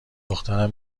دخترم